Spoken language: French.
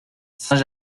saint